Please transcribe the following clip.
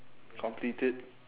complete it